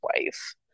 wife